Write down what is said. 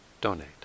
donate